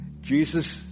Jesus